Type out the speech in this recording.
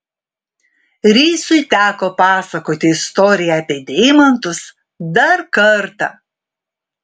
reisui teko pasakoti istoriją apie deimantus dar kartą